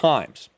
Times